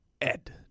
ed